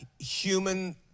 human